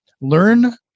Learn